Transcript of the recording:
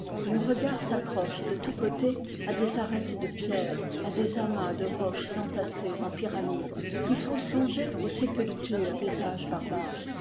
le regard s'accroche de tous côtés à des arêtes de pierres à des amas de roches entassées en pyramides qui font songer aux sépultures des âges barbares